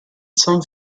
san